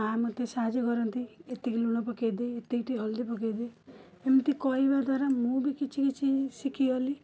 ମାଁ ମୋତେ ବି ସାହାଯ୍ୟ କରନ୍ତି ଏତିକି ଲୁଣ ପକାଇଦେ ଏତିକି ଟିକିଏ ହଳଦୀ ପକାଇଦେ ଏମିତି କହିବା ଦ୍ଵାରା ମୁଁ ବି କିଛି କିଛି ଶିଖିଗଲି